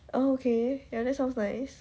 okay ya that sounds nice